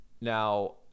now